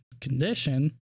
condition